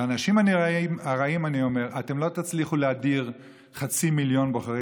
ולאנשים הרעים אני אומר: אתם לא תצליחו להדיר חצי מיליון בוחרי